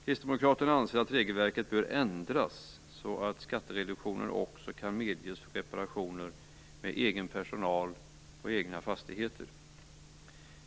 Kristdemokraterna anser att regelverket bör ändras så att skattereduktioner också kan medges för reparationer utförda av egen personal på egna fastigheter.